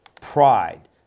pride